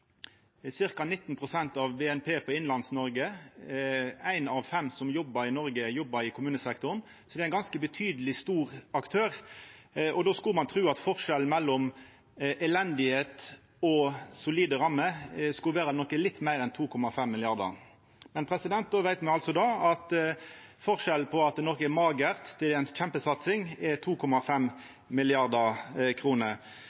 ein ganske betydeleg, stor aktør. Då skulle ein tru at forskjellen mellom elende og solide rammer skulle vera noko meir enn 2,5 mrd. kr. Men då veit me altså at forskjellen på at noko er magert og at det er ei kjempesatsing, er